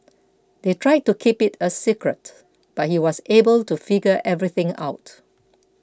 they tried to keep it a secret but he was able to figure everything out